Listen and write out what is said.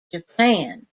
japan